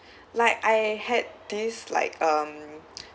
like I had this like um